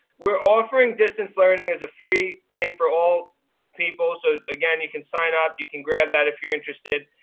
we're offering distance learning as a free thing for all people. so again you can sign up. you can grab that if you're interested.